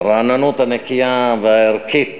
ברעננות הנקייה והערכית,